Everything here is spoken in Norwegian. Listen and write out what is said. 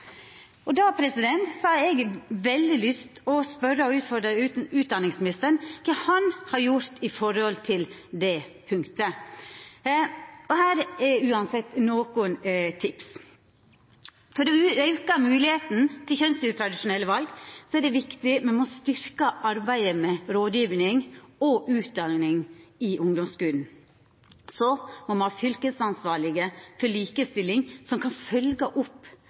har eg veldig lyst til å spørja og å utfordra utdanningsministeren på kva han har gjort med omsyn til det punktet. Her er uansett nokre tips: For å auka moglegheita til kjønnsutradisjonelle val er det viktig at me styrkjer arbeidet med rådgjeving og utdanning i ungdomsskulen. Så må me ha fylkesansvarlege for likestilling, som kan følgja opp